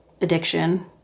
addiction